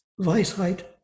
Weisheit